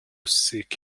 seek